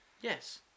yes